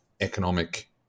economic